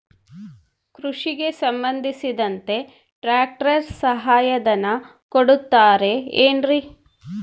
ಕೃಷಿಗೆ ಸಂಬಂಧಿಸಿದಂತೆ ಟ್ರ್ಯಾಕ್ಟರ್ ಸಹಾಯಧನ ಕೊಡುತ್ತಾರೆ ಏನ್ರಿ?